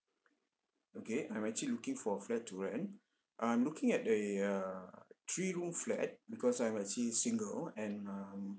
okay I'm actually looking for a flat to rent I'm looking at a err three room flat because I'm actually single and um